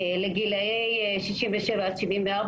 לגילאי 67 עד 74,